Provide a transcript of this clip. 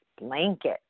blanket